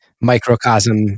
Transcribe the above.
microcosm